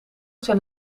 zijn